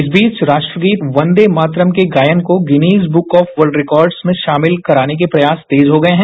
इस बीच राष्ट्रगीत वंदेमातरम के गायन को गिनीज बुक ऑफ वर्ल्ड रिकॉर्स में शामिल कराने के प्रयास तेज हो गये हैं